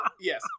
yes